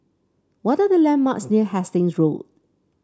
what the landmarks near Hasting Road